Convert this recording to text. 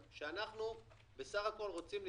אנחנו יוצאים להפסקה.